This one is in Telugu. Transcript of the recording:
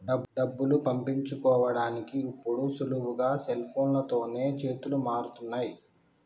డబ్బులు పంపించుకోడానికి ఇప్పుడు సులువుగా సెల్ఫోన్లతోనే చేతులు మారుతున్నయ్